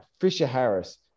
Fisher-Harris